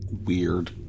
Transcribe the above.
Weird